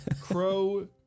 Crow